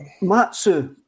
Matsu